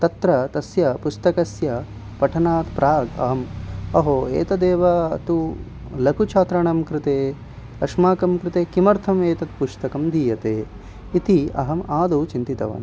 तत्र तस्य पुस्तकस्य पठनात् प्राग् अहम् अहो एतदेव तु लघुछात्राणां कृते अस्माकं कृते किमर्थम् एतद् पुस्तकं दीयते इति अहम् आदौ चिन्तितवान्